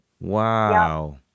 Wow